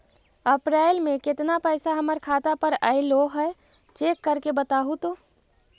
अप्रैल में केतना पैसा हमर खाता पर अएलो है चेक कर के बताहू तो?